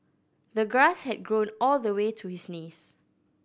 the grass had grown all the way to his knees